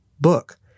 book